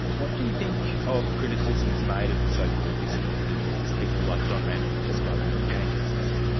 what do you think of criticisms made of the so-called dissident liberals? people like don randall, who described them as anarchists?